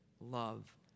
love